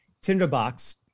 Tinderbox